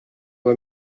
war